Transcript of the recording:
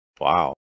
Wow